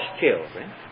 children